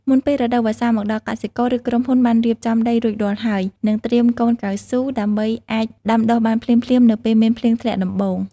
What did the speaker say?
មុនពេលរដូវវស្សាមកដល់ កសិករ ឬក្រុមហ៊ុនបានរៀបចំដីរួចរាល់ហើយ និងត្រៀមកូនកៅស៊ូ ដើម្បីអាចដាំដុះបានភ្លាមៗនៅពេលមានភ្លៀងធ្លាក់ដំបូង។